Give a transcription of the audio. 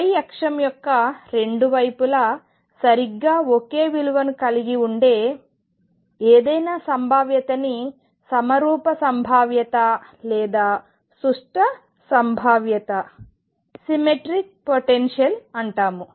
y అక్షం యొక్క రెండు వైపులా సరిగ్గా ఒకే విలువను కలిగి ఉండే ఏదైనా సంభావ్యతని సమరూప సంభావ్యత లేదా సుష్ట సంభావ్యత సిమెట్రిక్ పొటెన్షియల్ అంటాము